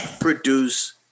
produce